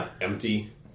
empty